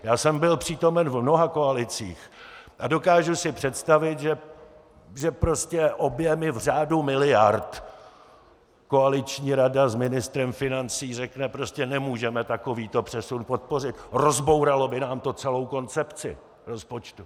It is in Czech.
Já jsem byl přítomen v mnoha koalicích a dokážu si představit, že u objemů v řádu miliard koaliční rada s ministrem financí řekne: prostě nemůžeme takovýto přesun podpořit, rozbouralo by nám to celou koncepci rozpočtu.